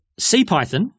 CPython